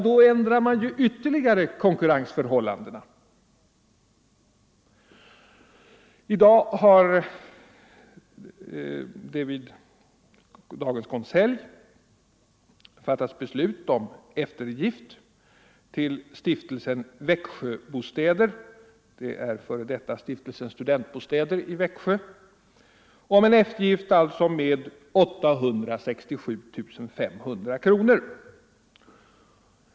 Då ändrar man ytterligare konkurrensförhållandena. Vid dagens konselj har det fattats beslut om eftergift till Stiftelsen Växjöbostäder — före detta Stiftelsen Studentbostäder i Växjö — med 867 500 kronor.